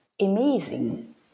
amazing